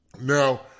Now